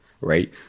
right